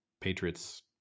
Patriots